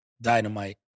Dynamite